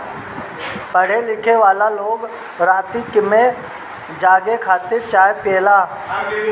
पढ़े लिखेवाला लोग राती में जागे खातिर चाय पियेला